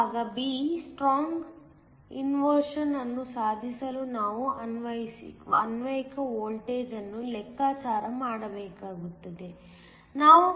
ಮುಂದಿನದು ಭಾಗ b strong inversion ಅನ್ನು ಸಾಧಿಸಲು ನಾವು ಅನ್ವಯಿಕ ವೋಲ್ಟೇಜ್ ಅನ್ನು ಲೆಕ್ಕಾಚಾರ ಮಾಡಬೇಕಾಗುತ್ತದೆ